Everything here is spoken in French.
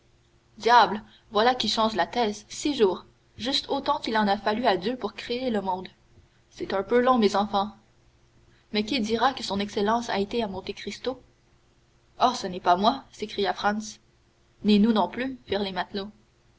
diable voilà qui change la thèse six jours juste autant qu'il en a fallu à dieu pour créer le monde c'est un peu long mes enfants mais qui dira que son excellence a été à monte cristo oh ce n'est pas moi s'écria franz ni nous non plus firent les matelots